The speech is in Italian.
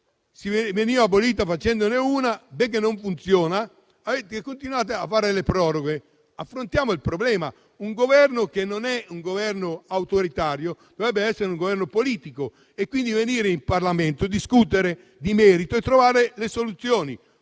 unica. Poiché, però, da sola non funziona, continuate a fare proroghe. Affrontiamo il problema. Un Governo, se non è un governo autoritario, dovrebbe essere un Governo politico e quindi venire in Parlamento a discutere di merito e trovare le soluzioni.